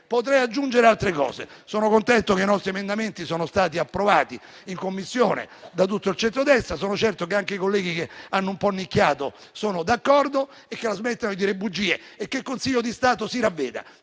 Potrei aggiungere altre cose. Sono contento che i nostri emendamenti siano stati approvati in Commissione da tutto il centrodestra. Sono certo che anche i colleghi che hanno un po' nicchiato siano d'accordo. Mi auguro che la smettano di dire bugie e che il Consiglio di Stato si ravveda